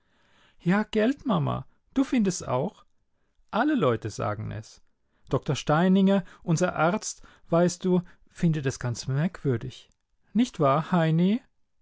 ja gelt mama du findest auch alle leute sagen es doktor steininger unser arzt weißt du findet es ganz merkwürdig nicht wahr heini